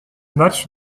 match